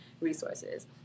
resources